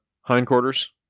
hindquarters